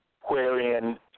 wherein